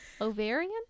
Ovarian